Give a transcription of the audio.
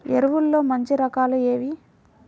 ఎరువుల్లో మంచి రకాలు ఏవి?